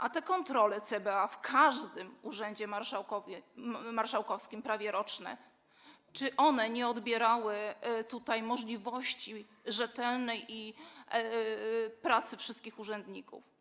A te kontrole CBA w każdym urzędzie marszałkowskim, prawie roczne, czy one nie odbierały tutaj możliwości rzetelnej pracy wszystkich urzędników?